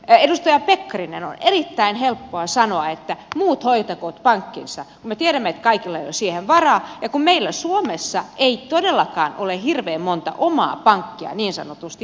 edustaja pekkarinen on erittäin helppoa sanoa että muut hoitakoot pankkinsa kun me tiedämme että kaikilla ei ole siihen varaa ja kun meillä suomessa ei todellakaan ole hirveän montaa omaa pankkia niin sanotusti hoidettavana